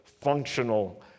functional